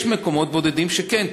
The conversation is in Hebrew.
יש מקומות בודדים שכן.